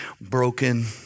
broken